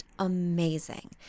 amazing